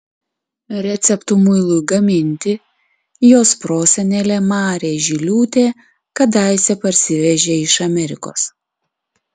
receptų muilui gaminti jos prosenelė marė žiliūtė kadaise parsivežė iš amerikos